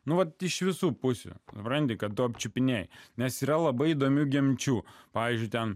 nuolat iš visų pusių supranti kad tu apčiupinėji nes yra labai įdomių genčių pavyzdžiui ten